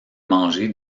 manger